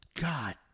God